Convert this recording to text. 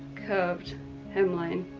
curved hem line.